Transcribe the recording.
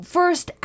First